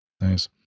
Nice